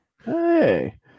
Hey